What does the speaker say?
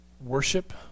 worship